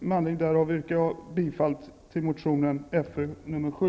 Med anledning därav yrkar jag bifall till motionen Fö7.